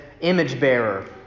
image-bearer